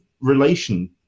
relation